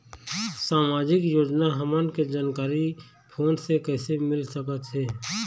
सामाजिक योजना हमन के जानकारी फोन से कइसे मिल सकत हे?